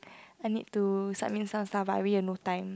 I need to submit some stuff but i really have no time